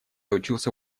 учился